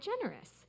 generous